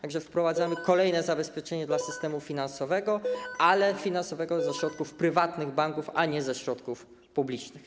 Tak że wprowadzamy kolejne zabezpieczenie dla systemu finansowego, ale finansowane ze środków prywatnych banków, a nie ze środków publicznych.